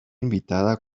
invitada